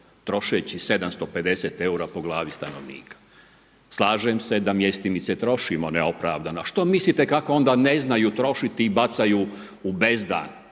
trošeći 750 eura po glavi stanovnika. Slažem se da mjestimice trošimo neopravdano. A što mislite kako onda ne znaju trošiti i bacaju u bezdan